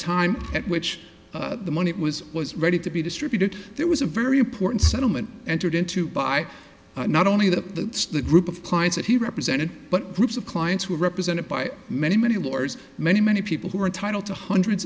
at which the money it was was ready to be distributed there was a very important settlement entered into by not only the the group of clients that he represented but groups of clients were represented by many many lawyers many many people who are entitled to hundreds